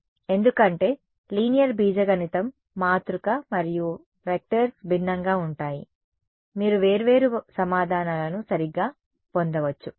ఎందుకంటే లీనియర్ బీజగణితం మాతృక మరియు వెక్టర్స్ భిన్నంగా ఉంటాయి మీరు వేర్వేరు సమాధానాలను సరిగ్గా పొందవచ్చు